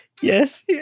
Yes